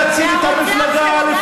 והרוצח של הדס מלכא?